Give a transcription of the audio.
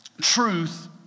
truth